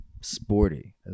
sporty